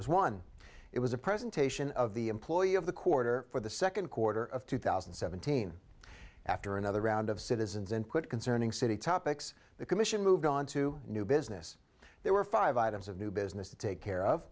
was one it was a presentation of the employee of the quarter for the second quarter of two thousand and seventeen after another round of citizens and quit concerning city topics the commission moved on to new business there were five items of new business to take care of